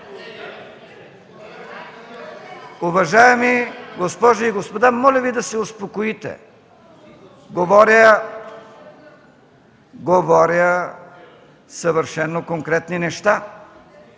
Уважаеми госпожи и господа, моля Ви да се успокоите! Говоря съвършено конкретни неща.